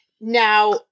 Now